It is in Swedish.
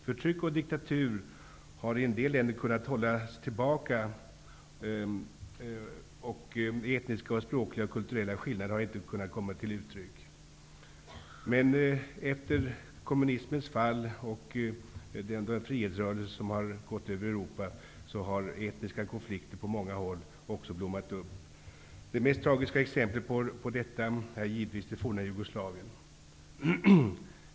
Förtryck och diktatur har i en del länder kunnat hållas tillbaka. Etniska, språkliga och kulturella skillnader har inte kunnat komma till uttryck. Men efter kommunismens fall och den frihetsrörelse som gått över Europa har etniska konflikter på många håll också blommat upp. Det mest tragiska exemplet på detta är givetvis det forna Jugoslavien.